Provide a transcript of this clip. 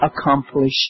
accomplish